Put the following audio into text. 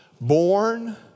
born